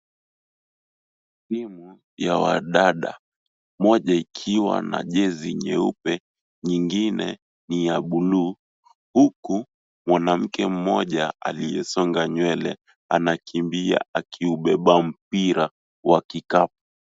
Timu ya wadada. Moja ikiwa na jezi nyeupe, nyingine ni ya buluu, huku mwanamke mmoja aliyesonga nywele anakimbia akiubeba mpira wa kikapu.